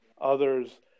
others